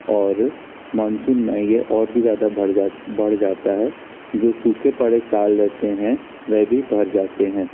और मानसून में ये और भी ज़्यादा भर बढ़ जाता है जो सूखे पड़े ताल रहते हैं वह भी भर जाते हैं